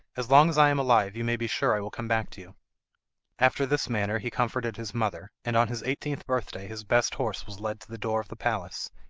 as long as i am alive you may be sure i will come back to you after this manner he comforted his mother, and on his eighteenth birthday his best horse was led to the door of the palace,